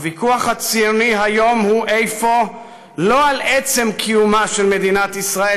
הוויכוח הציוני היום הוא אפוא לא על עצם קיומה של מדינת ישראל,